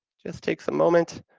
just takes a moment.